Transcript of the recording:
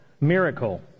miracle